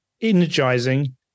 energizing